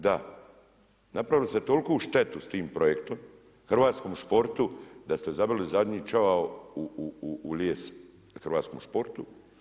Da, napravili ste toliku štetu s tim projektom hrvatskom sportu da ste zabili zadnji čavao u lijes hrvatskom sportu.